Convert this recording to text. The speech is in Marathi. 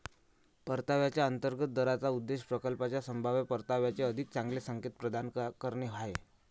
परताव्याच्या अंतर्गत दराचा उद्देश प्रकल्पाच्या संभाव्य परताव्याचे अधिक चांगले संकेत प्रदान करणे आहे